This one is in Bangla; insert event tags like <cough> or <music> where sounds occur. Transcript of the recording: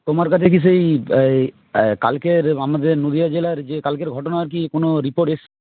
তোমার কাছে কি সেই <unintelligible> কালকের আমাদের নদীয়া জেলার যে কালকের ঘটনার কি কোনো রিপোর্ট <unintelligible>